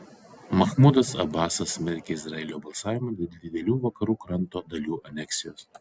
machmudas abasas smerkia izraelio balsavimą dėl didelių vakarų kranto dalių aneksijos